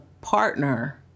partner